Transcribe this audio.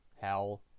hell